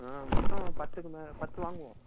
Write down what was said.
ஆ மொத்தம் பத்துக்கு மேலே பத்து வாங்குவோம்